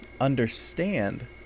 understand